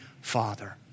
Father